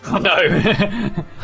No